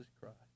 Christ